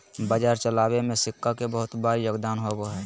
बाजार चलावे में सिक्का के बहुत बार योगदान होबा हई